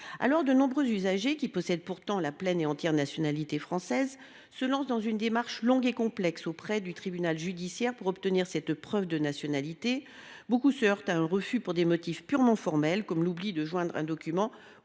civil. De nombreux usagers, qui possèdent pourtant la pleine et entière nationalité française, se lancent alors dans une démarche longue et complexe auprès du tribunal judiciaire pour obtenir cette preuve de nationalité. Beaucoup se heurtent à un refus pour des motifs purement formels comme l’oubli de joindre un document